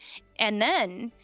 and then,